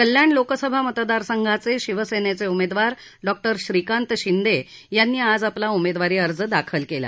कल्याण लोकसभा मतदारसंघाचे शिवसेनेचे उमेदवार डॉक्टर श्रीकांत शिंदे यांनी आज आपला उमेदवारी अर्ज दाखल केला